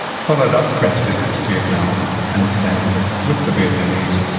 followed up fred's visit to vietnam and planned, with the vietnamese,